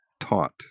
taught